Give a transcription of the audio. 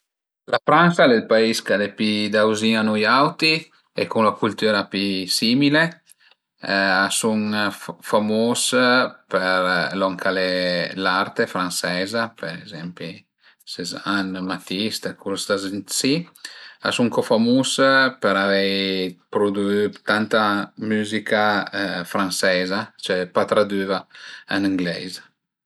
La Fransa al e ël pais ch'al e pi dauzin a nui auti e cun la cultüra pi simile, a sun famus për lon ch'al e l'arte franseiza, për ezempi, Cezanne, Matis custa gent si, a sun co famus per avei prudü tanta müzica franseiza, pa tradüva ën angleis